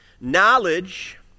knowledge